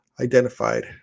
identified